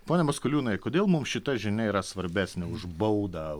pone maskaliūnai kodėl mums šita žinia yra svarbesnė už baudą